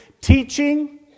teaching